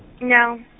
No